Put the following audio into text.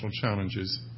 challenges